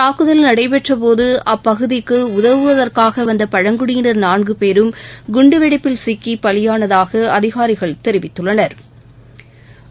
தாக்குதல் நடைபெற்றபோது அப்பகுதிக்கு உதவுவதற்காக வந்த பழங்குடியினர் குண்டுவெடிப்பில் சிக்கி பலியானதாக அதிகாரிகள் தெரிவித்துள்ளனா்